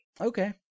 Okay